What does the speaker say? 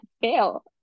fail